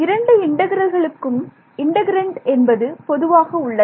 இரண்டு இன்டெக்ரல்களுக்கும் இன்டெக்ரண்ட் என்பது பொதுவாக உள்ளது